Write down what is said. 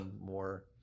more